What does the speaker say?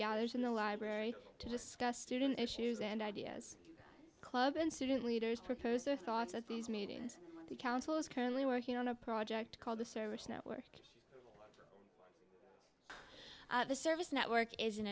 gathers in the library to discuss student issues and ideas club and student leaders propose their thoughts at these meetings the council is currently working on a project called the service network the service network is an